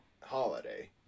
Holiday